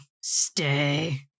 stay